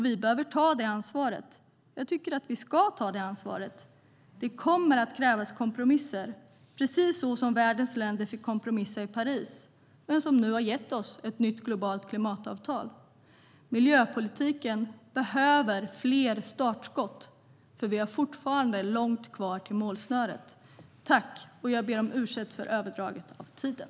Vi behöver ta det ansvaret. Jag tycker att vi ska ta det ansvaret. Det kommer att krävas kompromisser, precis så som världens länder fick kompromissa i Paris och som nu har gett oss ett nytt globalt klimatavtal. Miljöpolitiken behöver fler startskott, för vi har fortfarande långt kvar till målsnöret. Jag ber om ursäkt för att jag överskred talartiden.